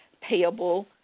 payable